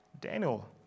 Daniel